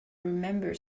remember